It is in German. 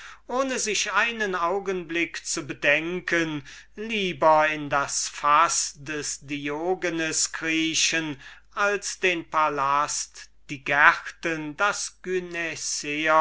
ohne sich einen augenblick zu bedenken lieber in das faß des diogenes kriechen als den palast die gärten das